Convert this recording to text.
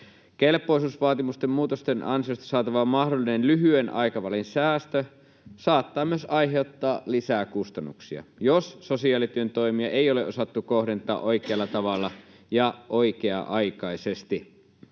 Kelpoisuusvaatimusten muutosten ansiosta saatava mahdollinen lyhyen aikavälin säästö saattaa myös aiheuttaa lisää kustannuksia, jos sosiaalityön toimia ei ole osattu kohdentaa oikealla tavalla ja oikea-aikaisesti.